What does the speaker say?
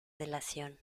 delación